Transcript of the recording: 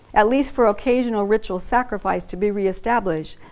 at least for occasional ritual sacrifice to be re-established,